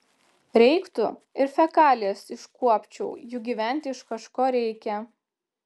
reiktų ir fekalijas iškuopčiau juk gyventi iš kažko reikia